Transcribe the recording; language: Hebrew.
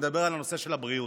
נדבר על הנושא של הבריאות,